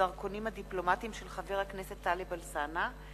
הדרכונים הדיפלומטיים של חבר הכנסת טלב אלסאנע,